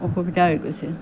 অসুবিধা হৈ গৈছে